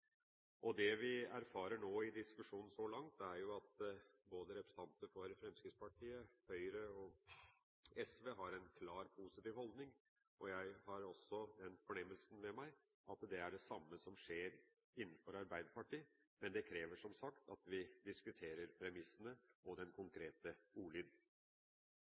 Det vi erfarer i diskusjonen så langt, er at både representanter for Fremskrittspartiet, Høyre og SV har en klar positiv holdning, og jeg har også en fornemmelse av at det er det samme som skjer innenfor Arbeiderpartiet, men det krever som sagt at vi diskuterer premissene og den konkrete